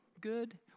good